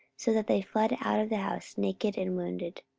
so that they fled out of that house naked and wounded.